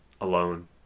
alone